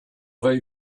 they